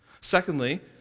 Secondly